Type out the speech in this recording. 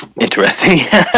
interesting